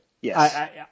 Yes